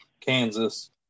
Kansas